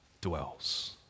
dwells